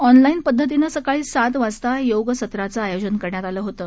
online पद्धतीनं सकाळी सात वाजता योग सत्राचे आयोजन करण्यात केलं होतं